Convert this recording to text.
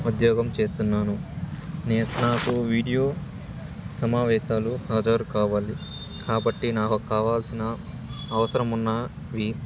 ఉద్యోగం చేస్తున్నాను నే నాకు వీడియో సమావేశాలు ఆధారు కావాలి కాబట్టి నాకు కావాల్సిన అవసరం ఉన్నవి